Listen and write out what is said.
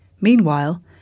Meanwhile